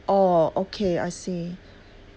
orh okay I see